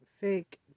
Fake